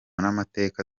n’amateka